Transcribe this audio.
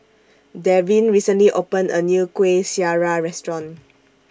Davin recently opened A New Kuih Syara Restaurant